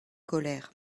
colère